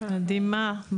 מדהימה.